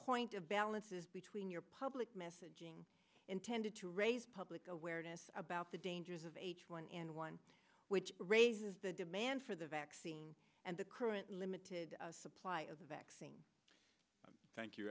point of balance is between your public messaging intended to raise public awareness about the dangers of h one n one which raises the demand for the vaccine and the current limited supply of vaccine thank you